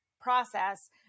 process